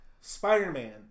Spider-Man